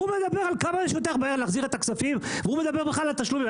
הוא מדבר על כמה יש בעיה להחזיר את הכספים והוא מדבר על תשלומים.